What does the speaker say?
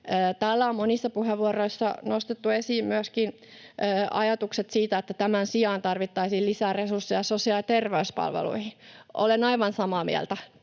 Täällä on monissa puheenvuoroissa myöskin nostettu esiin ajatukset siitä, että tämän sijaan tarvittaisiin lisää resursseja sosiaali- ja terveyspalveluihin. Olen aivan samaa mieltä.